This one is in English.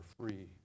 free